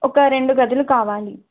ఒక రెండు గదులు కావాలి